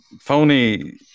phony